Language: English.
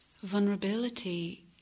Vulnerability